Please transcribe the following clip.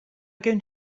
going